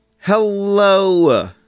Hello